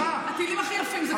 ערב ראש חודש ניסן,